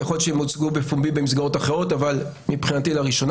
יכול להיות שהם הוצגו בפומבי במסגרות אחרות אבל מבחינתי לראשונה